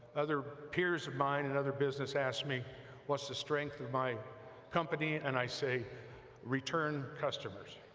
other peers of mine and other business ask me what's the strength of my company and i say return customers.